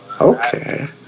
Okay